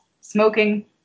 smoking